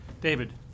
David